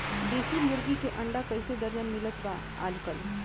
देशी मुर्गी के अंडा कइसे दर्जन मिलत बा आज कल?